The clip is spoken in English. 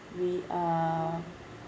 re~ uh